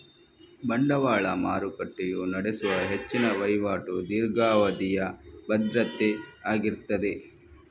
ಬಂಡವಾಳ ಮಾರುಕಟ್ಟೆಯು ನಡೆಸುವ ಹೆಚ್ಚಿನ ವೈವಾಟು ದೀರ್ಘಾವಧಿಯ ಭದ್ರತೆ ಆಗಿರ್ತದೆ